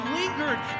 lingered